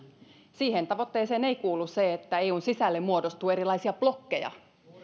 siihen tavoitteeseen ei kuulu se että eun sisälle muodostuu erilaisia blokkeja